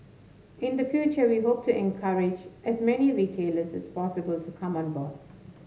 in the future we hope to encourage as many retailers as possible to come on board